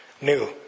new